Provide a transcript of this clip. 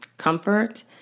Comfort